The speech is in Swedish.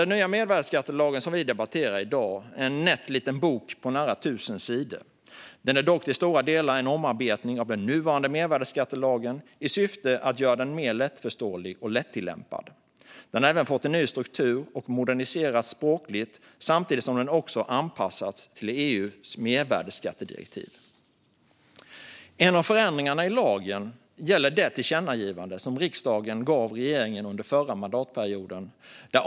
Den nya mervärdesskattelagen, som vi debatterar i dag, är en nätt liten bok på nära 1 000 sidor. Den är dock till stora delar en omarbetning av den nuvarande mervärdesskattelagen i syfte att göra den mer lättförståelig och lättillämpad. Den har även fått en ny struktur och moderniserats språkligt, samtidigt som den också anpassats till EU:s mervärdesskattedirektiv. En av förändringarna i lagen gäller det tillkännagivande som riksdagen riktade till regeringen under förra mandatperioden.